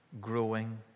growing